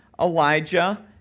Elijah